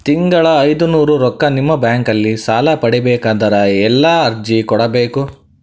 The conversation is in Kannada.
ತಿಂಗಳ ಐನೂರು ರೊಕ್ಕ ನಿಮ್ಮ ಬ್ಯಾಂಕ್ ಅಲ್ಲಿ ಸಾಲ ಪಡಿಬೇಕಂದರ ಎಲ್ಲ ಅರ್ಜಿ ಕೊಡಬೇಕು?